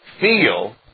feel